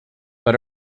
but